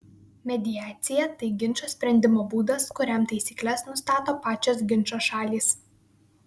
mediacija tai ginčo sprendimo būdas kuriam taisykles nustato pačios ginčo šalys